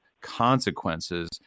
consequences